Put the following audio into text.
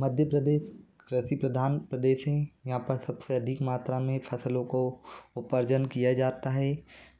मध्य प्रदेश कृषि प्रधान प्रदेश हैं यहाँ पर सबसे अधिक मात्रा में फसलों को उपार्जन किया जाता है